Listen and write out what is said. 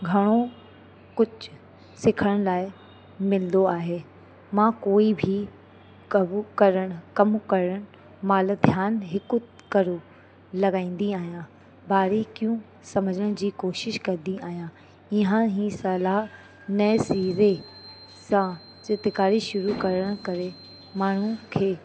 घणो कुझु सिखण लाइ मिलंदो आहे मां कोई बि कबू करणु कम करण महिल ध्यानु हिक करु लॻाईंदी आहियां बारीकियूं सम्झण जी कोशिश कंदी आहियां इहा ई सलाह नये सिरे सां चित्रकारी शुरू करण करे माण्हू खे